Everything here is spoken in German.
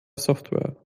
software